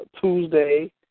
Tuesday